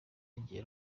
igihe